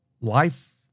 life